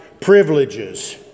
privileges